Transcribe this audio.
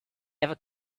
ever